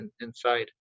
inside